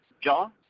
John